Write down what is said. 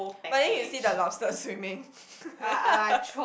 but then you see the lobsters swimming